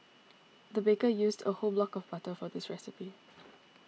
the baker used a whole block of butter for this recipe